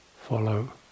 follow